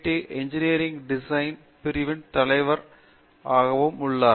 ல் engineering design பிரிவின் தலைவராகவும் உள்ளார்